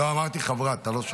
לא, אמרת חבר הכנסת.